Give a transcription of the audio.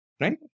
right